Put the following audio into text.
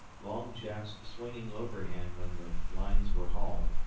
long jack's swinging overhand when the lines were hauled,